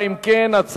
התש"ע 2009,